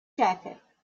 jacket